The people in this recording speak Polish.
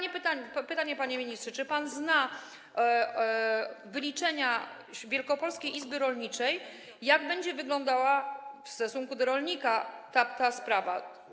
I pytanie, panie ministrze: Czy pan zna wyliczenia Wielkopolskiej Izby Rolniczej, jak będzie wyglądała w stosunku do rolnika ta sprawa?